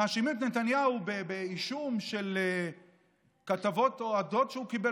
מאשימים את נתניהו באישום של כתבות אוהדות שהוא קיבל